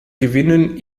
gewinnen